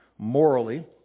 morally